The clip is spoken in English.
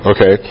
Okay